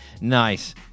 Nice